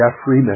Jeffrey